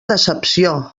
decepció